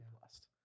blessed